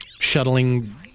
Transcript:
shuttling